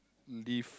leave